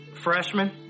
Freshman